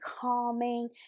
calming